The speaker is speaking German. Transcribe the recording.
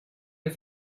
der